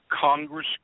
Congress